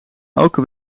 elke